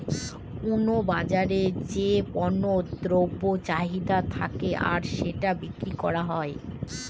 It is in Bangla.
কোনো বাজারে যে পণ্য দ্রব্যের চাহিদা থাকে আর সেটা বিক্রি করা হয়